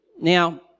Now